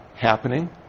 happening